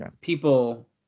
people